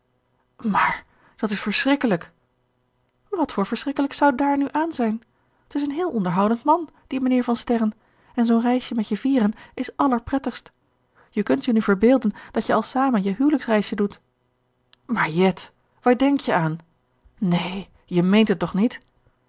maar dat is verschrikkelijk wat voor verschrikkelijks zou daar nu aan zijn t is een heel onderhoudend man die mijnheer van sterren en zoo'n reisje met je vieren is allerprettigst je kunt je nu verbeelden dat je al zamen je huwelijksreisje doet maar jet waar denk-je aan neen je meent het toch niet